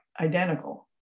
identical